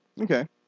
Okay